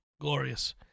glorious